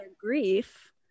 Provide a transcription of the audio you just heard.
grief